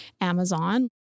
Amazon